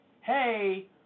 hey